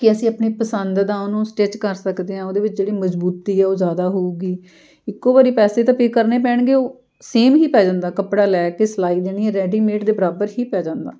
ਕਿ ਅਸੀਂ ਆਪਣੀ ਪਸੰਦ ਦਾ ਉਹਨੂੰ ਸਟਿੱਚ ਕਰ ਸਕਦੇ ਹਾਂ ਉਹਦੇ ਵਿੱਚ ਜਿਹੜੀ ਮਜ਼ਬੂਤੀ ਹੈ ਉਹ ਜ਼ਿਆਦਾ ਹੋਊਗੀ ਇੱਕੋ ਵਾਰੀ ਪੈਸੇ ਤਾਂ ਪੇ ਕਰਨੇ ਪੈਣਗੇ ਉਹ ਸੇਮ ਹੀ ਪੈ ਜਾਂਦਾ ਕੱਪੜਾ ਲੈ ਕੇ ਸਿਲਾਈ ਦੇਣੀ ਆ ਰੈਡੀਮੇਡ ਦੇ ਬਰਾਬਰ ਹੀ ਪੈ ਜਾਂਦਾ